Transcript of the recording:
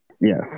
Yes